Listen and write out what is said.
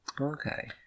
Okay